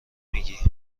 میگی